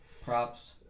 props